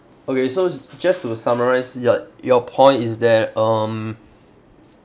okay so j~ just to summarise your your point is that um